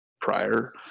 prior